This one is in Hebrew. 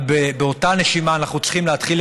אבל באותה נשימה אנחנו צריכים להתחיל